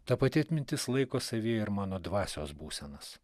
ta pati atmintis laiko savyje ir mano dvasios būsenas